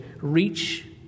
reach